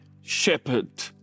shepherd